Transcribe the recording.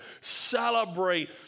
celebrate